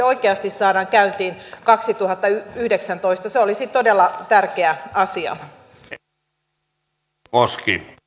oikeasti saadaan käyntiin kaksituhattayhdeksäntoista se olisi todella tärkeä asia arvoisa